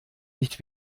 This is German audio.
nicht